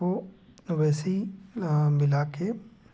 को वैसे ही मिला कर